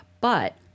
But-